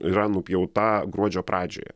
yra nupjauta gruodžio pradžioje